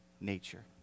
nature